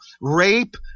rape